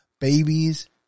babies